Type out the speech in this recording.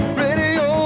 radio